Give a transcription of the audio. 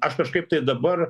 aš kažkaip tai dabar